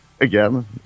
again